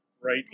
right